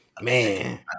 Man